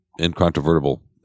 incontrovertible